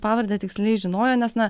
pavardę tiksliai žinojo nes na